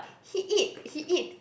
he eat he eat